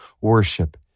worship